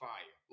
Fire